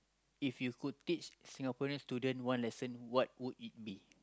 if you could teach Singaporean student one lesson what would it be